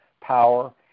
power